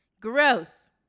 Gross